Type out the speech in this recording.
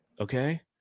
Okay